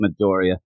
Midoriya